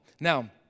Now